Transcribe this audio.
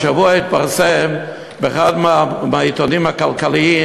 השבוע התפרסמה באחד מהעיתונים הכלכליים